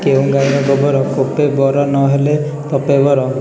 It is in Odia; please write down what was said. କେଉଁ ଗାଁର ଗୋବର କୋପେ ବର ନହେଲେ ତପେ ବର